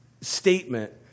statement